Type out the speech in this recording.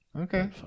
Okay